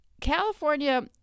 California